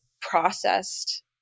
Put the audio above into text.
processed